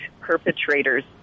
perpetrators